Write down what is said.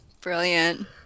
brilliant